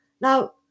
Now